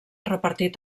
repartit